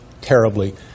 terribly